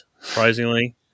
surprisingly